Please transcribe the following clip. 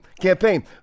Campaign